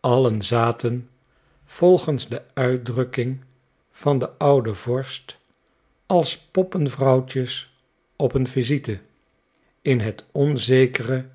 allen zaten volgens de uitdrukking van den ouden vorst als poppenvrouwtjes op een visite in het onzekere